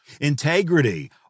Integrity